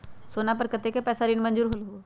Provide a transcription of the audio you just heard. सोना पर कतेक पैसा ऋण मंजूर होलहु?